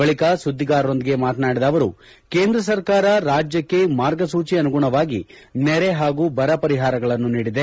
ಬಳಕ ಸುದ್ದಿಗಾರರೊಂದಿಗೆ ಮಾತನಾಡಿದ ಅವರು ಕೇಂದ್ರ ಸರ್ಕಾರ ರಾಜ್ಯಕ್ಷೆ ಮಾರ್ಗಸೂಚಿ ಅನುಗುಣವಾಗಿ ನೆರೆ ಹಾಗೂ ಬರ ಪರಿಹಾರಗಳನ್ನು ನೀಡಿದೆ